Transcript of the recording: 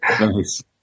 Nice